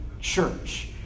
church